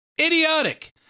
Idiotic